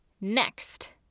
Next